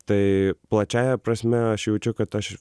tai plačiąja prasme aš jaučiu kad aš